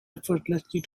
effortlessly